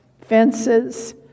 fences